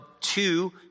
two